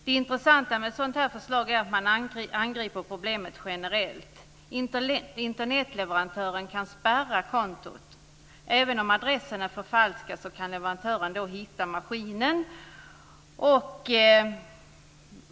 Det intressanta med ett sådant förslag är att man angriper problemet generellt. Internetleverantören kan spärra kontot. Även om adressen är förfalskad kan leverantören hitta maskinen.